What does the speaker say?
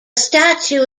statue